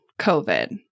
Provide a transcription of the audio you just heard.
COVID